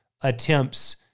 attempts